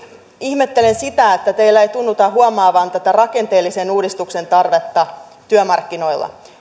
ihmettelen sitä että teillä ei tunnuta huomaavan tätä rakenteellisen uudistuksen tarvetta työmarkkinoilla